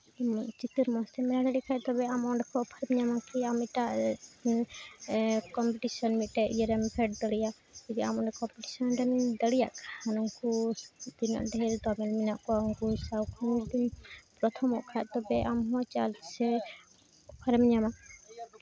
ᱪᱤᱛᱟᱹᱨ ᱢᱚᱡᱽ ᱛᱮᱢ ᱵᱮᱱᱟᱣ ᱫᱟᱲᱮᱭᱟᱜ ᱠᱷᱟᱱ ᱛᱚᱵᱮ ᱟᱢ ᱚᱸᱰᱮ ᱠᱷᱚᱡ ᱚᱯᱷᱟᱨ ᱮᱢ ᱧᱟᱢ ᱠᱮᱭᱟ ᱟᱢ ᱮᱴᱟᱜ ᱠᱚᱢᱯᱤᱴᱤᱥᱮᱱ ᱢᱤᱫᱴᱮᱡ ᱤᱭᱟᱹ ᱨᱮᱢ ᱯᱷᱮᱰ ᱫᱟᱲᱮᱭᱟᱜᱼᱟ ᱡᱩᱫᱤ ᱟᱢ ᱚᱸᱰᱮ ᱠᱚᱢᱯᱤᱴᱤᱥᱮᱱ ᱨᱮᱢ ᱫᱟᱲᱮᱭᱟᱜ ᱠᱷᱟᱱ ᱩᱱᱠᱩ ᱛᱤᱱᱟᱹᱜ ᱰᱷᱮᱨ ᱫᱚᱢᱮᱞ ᱢᱮᱱᱟᱜ ᱠᱚᱣᱟ ᱩᱱᱠᱩ ᱥᱟᱶ ᱯᱨᱚᱛᱷᱚᱢᱚᱜ ᱠᱷᱟᱡ ᱛᱚᱵᱮ ᱪᱟᱨᱡᱽ ᱨᱮ ᱚᱯᱷᱟᱨᱮᱢ ᱧᱟᱢᱟ